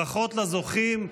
ברכות לזוכים,